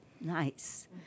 nice